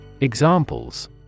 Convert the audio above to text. Examples